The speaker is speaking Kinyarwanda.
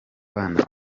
bana